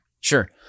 Sure